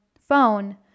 phone